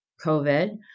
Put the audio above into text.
COVID